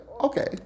Okay